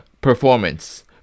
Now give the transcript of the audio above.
performance